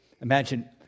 Imagine